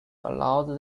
allowed